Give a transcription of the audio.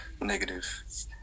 Negative